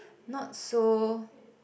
not so